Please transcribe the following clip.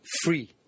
free